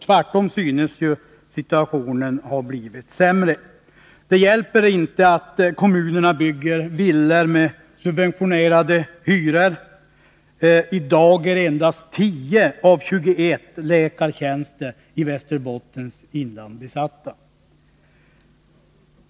Tvärtom synes situationen ha blivit sämre. Det hjälper inte att kommunerna bygger villor med subventionerade hyror. I dag är endast 10 av 21 läkartjänster i Västerbottens inland besatta.